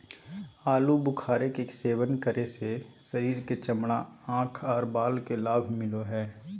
आलू बुखारे के सेवन करे से शरीर के चमड़ा, आंख आर बाल के लाभ मिलो हय